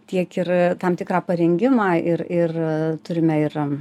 tiek ir tam tikrą parengimą ir ir turime ir